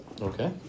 Okay